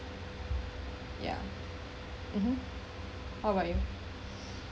yeah mmhmm how about you